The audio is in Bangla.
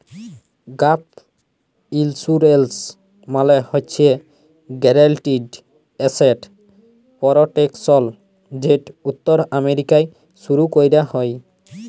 গ্যাপ ইলসুরেলস মালে হছে গ্যারেলটিড এসেট পরটেকশল যেট উত্তর আমেরিকায় শুরু ক্যরা হ্যয়